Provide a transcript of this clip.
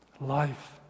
life